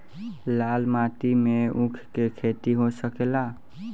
लाल माटी मे ऊँख के खेती हो सकेला?